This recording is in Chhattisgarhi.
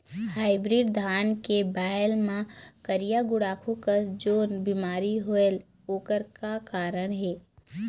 हाइब्रिड धान के बायेल मां करिया गुड़ाखू कस जोन बीमारी होएल ओकर का कारण हे?